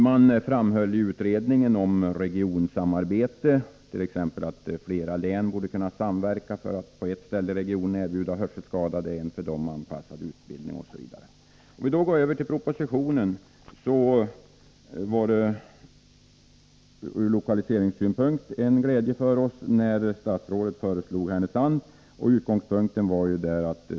Man framhöll i utredningen vikten av regionsamarbete; t.ex. borde flera län kunna samarbeta, så att man på en plats inom regionen erbjöd utbildning för hörselskadade, och på annan anpassad utbildning osv. Ur lokaliseringssynpunkt innebär alltså propositionen glädje för oss.